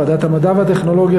בוועדת המדע והטכנולוגיה,